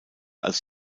als